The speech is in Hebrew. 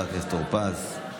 חבר הכנסת טור פז.